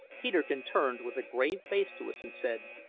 peterkin turned with a grave face to us and said,